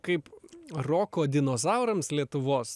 kaip roko dinozaurams lietuvos